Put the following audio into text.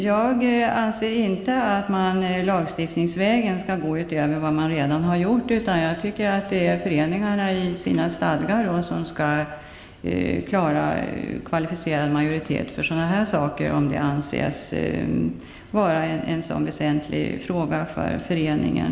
Jag anser att man lagstiftningsvägen inte skall gå längre än man redan har gjort, utan det är upp till föreningarna att i sina stadgar föreskriva om kvalificerad majoritet om frågan anses vara väsentlig för föreningen.